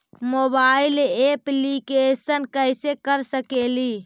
Mobile application कैसे कर सकेली?